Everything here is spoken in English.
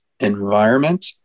Environment